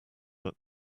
but